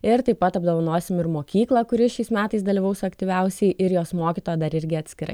ir taip pat apdovanosim ir mokyklą kuri šiais metais dalyvaus aktyviausiai ir jos mokytoją dar irgi atskirai